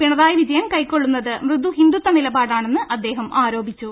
പിണറായി വിജയൻ കൈക്കൊള്ളുന്നത് മൃദു ഹിന്ദുത്വ നിലപാടാണെന്ന് അദ്ദേഹം ആരോപിച്ചു